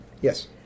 yes